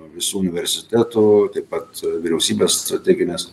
visų universitetų taip pat vyriausybės strateginės